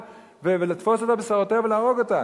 ולתפוס אותה בשערותיה ולהרוג אותה.